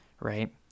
right